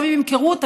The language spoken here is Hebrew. גם אם ימכרו אותה,